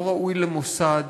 לא ראוי למוסד,